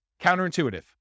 Counterintuitive